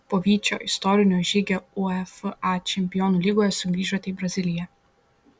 po vyčio istorinio žygio uefa čempionų lygoje sugrįžote į braziliją